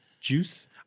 Juice